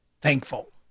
thankful